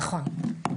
נכון.